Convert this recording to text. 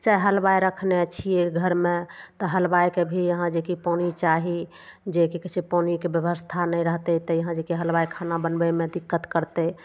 चाहे हलवाइ रखने छियै घरमे तऽ हलवाइके भी यहाँ जे कि पानि चाही जे की कहय छै पानिके व्यवस्था नहि रहतय तऽ यहाँ जे कि हलवाई खाना बनबयमे दिक्कत करतय